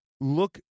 look